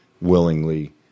willingly